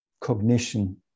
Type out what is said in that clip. cognition